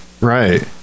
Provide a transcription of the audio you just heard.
right